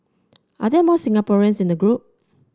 are there more Singaporeans in the group